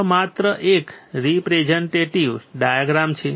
ત્યાં માત્ર એક રીપ્રેઝન્ટેટિવ ડાયાગ્રામ છે